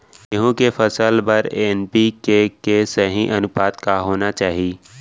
गेहूँ के फसल बर एन.पी.के के सही अनुपात का होना चाही?